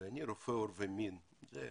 ואני רופא עור ומין שזה